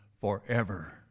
forever